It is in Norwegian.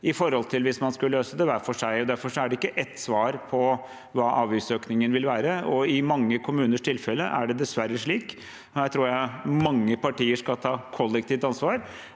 i forhold til hvis man skulle løse det hver for seg. Derfor er det ikke ett svar på hva avgiftsøkningen vil være. I mange kommuners tilfelle er det dessverre slik – her tror jeg mange partier skal ta kollektivt ansvar